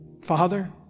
Father